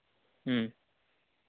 ᱦᱮᱸ